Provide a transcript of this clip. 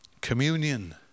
Communion